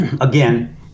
Again